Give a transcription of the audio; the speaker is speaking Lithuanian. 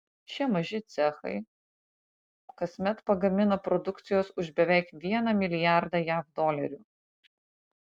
šie maži cechai kasmet pagamina produkcijos už beveik vieną milijardą jav dolerių